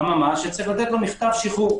אממה - צריך לתת לו מכתב שחרור.